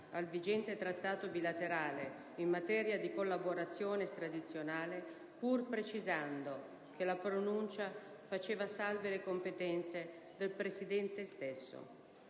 al vigente Trattato bilaterale in materia di collaborazione estradizionale, pur precisando che la pronuncia faceva salve le competenze del Presidente stesso;